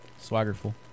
swaggerful